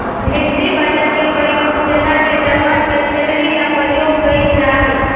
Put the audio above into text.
military budget के प्रयोग सेना के जवान के सैलरी ला प्रयोग कइल जाहई